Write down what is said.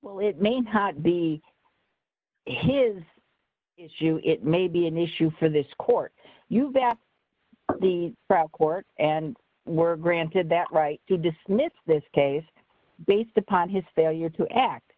well it may not be his issue it may be an issue for this court you that the court and were granted that right to dismiss this case based upon his failure to act